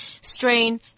Strain